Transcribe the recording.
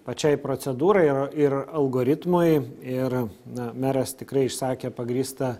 pačiai procedūrai ir ir algoritmui ir na meras tikrai išsakė pagrįstą